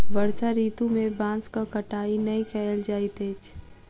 वर्षा ऋतू में बांसक कटाई नै कयल जाइत अछि